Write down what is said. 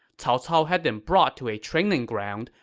cao cao had them brought to a training ground,